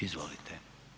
Izvolite.